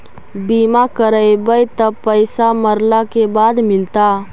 बिमा करैबैय त पैसा मरला के बाद मिलता?